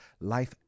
life